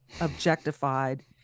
objectified